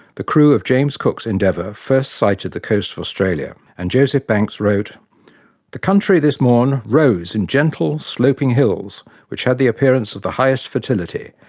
the crew of james cook's endeavour first sighted the coast of australia and joseph banks wrote the countrey this morn rose in gentle sloping hills which had the appearance of the highest fertility,